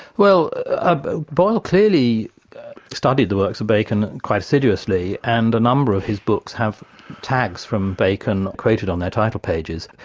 well ah boyle clearly studied the works of bacon quite assiduously, and a number of his books have tags from bacon quoted on their title pages.